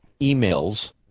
Emails